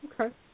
Okay